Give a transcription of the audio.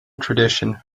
tradition